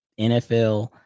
NFL